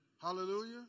Hallelujah